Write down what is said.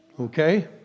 okay